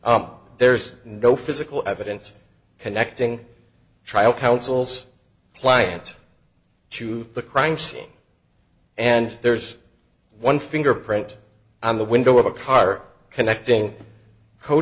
y there's no physical evidence connecting trial counsel's client to the crime scene and there's one fingerprint on the window of a car connecting